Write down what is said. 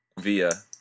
via